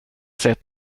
sett